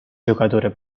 giocatore